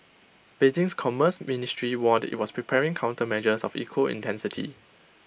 Beijing's commerce ministry warned IT was preparing countermeasures of equal intensity